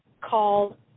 called